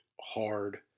hard